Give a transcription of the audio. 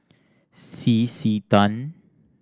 C C Tan